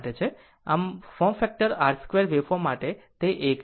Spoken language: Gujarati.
આમ ફોર્મ ફેક્ટર માટે r2 વેવફોર્મ માટે તે 1 છે